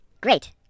Great